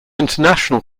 international